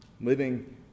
Living